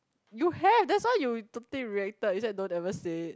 you have that's why you totally related you just don't ever say